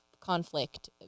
conflict